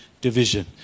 division